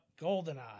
Goldeneye